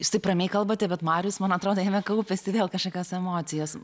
jūs taip ramiai kalbate bet marius man atrodo jame kaupiasi vėl kažkokios emocijos